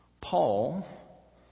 Paul